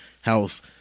house